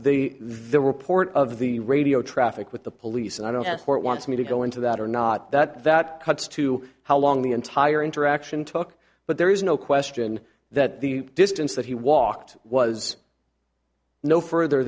if the report of the radio traffic with the police and i don't want me to go into that or not that that cuts to how long the entire interaction took but there is no question that the distance that he walked was no further